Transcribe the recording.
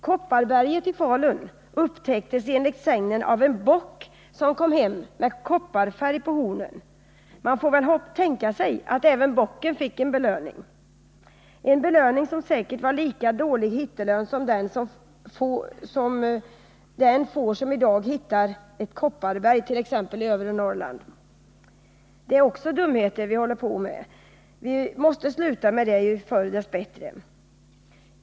— Kopparberget i Falun upptäcktes enligt sägnen av en bock som kom hem med kopparfärg på hornen. Man får väl tänka sig att även bocken fick belöning, en belöning som säkert var en lika dålig hittelön som den får som i dag hittar ett kopparberg t.ex. i övre Norrland. Vad är det för dumheter vi håller på med? Bör vi inte sluta också med det? Ju förr vi gör det, dess bättre.